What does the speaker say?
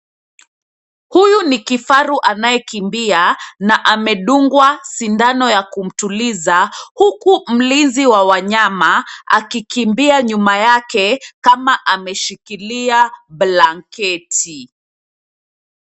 Huyu ni kifaru anayekimbia na amedungwa sindano ya kumtuliza huku mlinzi wa wanyama akikimbia nyuma yake kama ameshikilia blanketi.